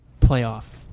playoff